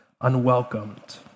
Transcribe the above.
unwelcomed